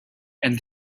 and